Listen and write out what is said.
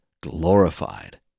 glorified